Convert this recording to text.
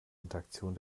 interaktion